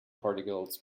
particles